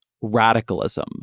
radicalism